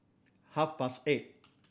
half past eight